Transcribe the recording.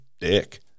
dick